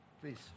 Please